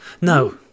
no